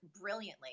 brilliantly